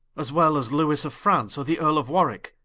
as well as lewis of france, or the earle of warwicke,